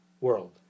world